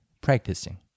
practicing